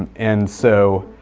and and so,